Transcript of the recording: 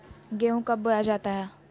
गेंहू कब बोया जाता हैं?